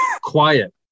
Quiet